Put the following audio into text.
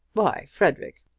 why, frederic,